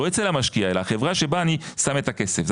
לא אצל המשקיע אלא החברה שבה אני שם את הכסף,